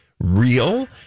real